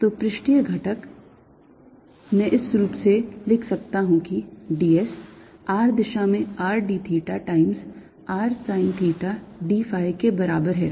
तो पृष्ठीय घटक मैं इस रूप में लिख सकता हूं कि d s r दिशा में r d theta times r sine theta d phi के बराबर है